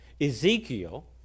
Ezekiel